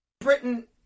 Britain